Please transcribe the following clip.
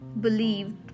believed